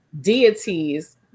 deities